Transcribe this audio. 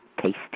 tasty